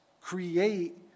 create